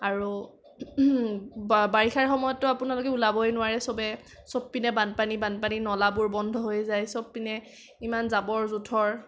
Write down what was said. আৰু বাৰিষাৰ সময়ততো আপোনালোকে ওলাবই নোৱাৰে চবেই চবপিনে বানপানী বানপানী নলাবোৰ বন্ধ হৈ যায় চবপিনে ইমান জাবৰ জোথৰ